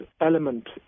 element